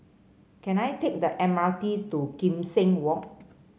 can I take the M R T to Kim Seng Walk